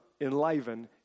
enliven